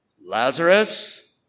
Lazarus